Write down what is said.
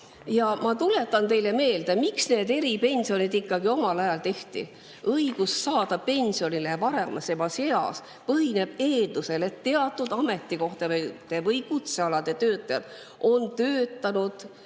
tuletan teile meelde, miks need eripensionid ikkagi omal ajal tehti. Õigus saada pensionile varasemas eas põhineb eeldusel, et teatud ametikohtade või kutsealade töötajad on töötanud